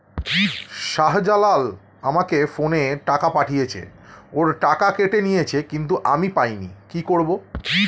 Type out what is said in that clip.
শাহ্জালাল আমাকে ফোনে টাকা পাঠিয়েছে, ওর টাকা কেটে নিয়েছে কিন্তু আমি পাইনি, কি করব?